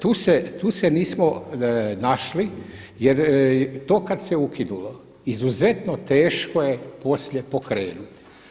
Tu se, tu se nismo našli jer to kada se ukinulo izuzetno teško je poslije pokrenuti.